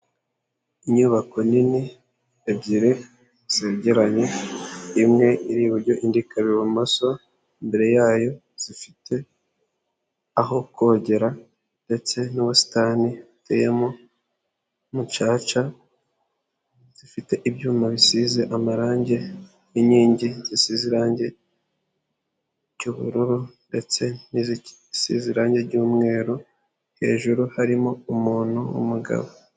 Inyubako nini ebyiri zegeranye imwe iri iburyo indi ikaba ibumoso, imbere yayo zifite aho kogera, ndetse n'ubusitani buteyemo umucaca, zifite ibyuma bisize amarangi n'inkingi zisize irangi ry'ubururu, ndetse n'isize irange ry'umweru, hejuru harimo umuntu w'umugabo.